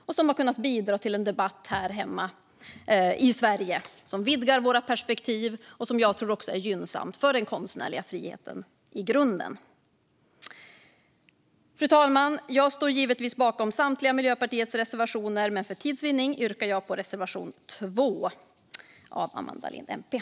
De har kunnat bidra till en debatt här hemma i Sverige som vidgar våra perspektiv och som jag tror också är gynnsam för den konstnärliga friheten i grunden. Fru talman! Jag står givetvis bakom samtliga Miljöpartiets reservationer, men för tids vinning yrkar jag bifall bara till reservation 2 av mig.